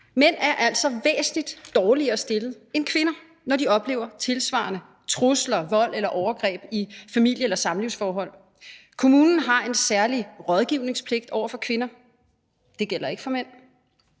Mænd er altså væsentlig dårligere stillet end kvinder, når de oplever tilsvarende trusler, vold eller overgreb i familie- eller samlivsforhold. Kommunen har en særlig rådgivningspligt over for kvinder; det gælder ikke for mænd.